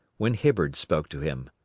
when hibbard spoke to him.